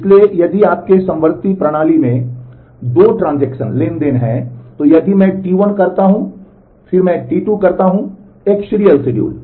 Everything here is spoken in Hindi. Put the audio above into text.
इसलिए यदि आपके समवर्ती प्रणाली में 2 ट्रांज़ैक्शन हैं तो यदि मैं टी 1 करता हूं तो मैं टी 2 करता हूं एक सीरियल शिड्यूल